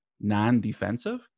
non-defensive